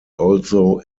also